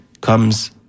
comes